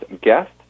guest